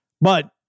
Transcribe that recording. But-